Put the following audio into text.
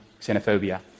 xenophobia